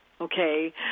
okay